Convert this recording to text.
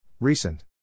Recent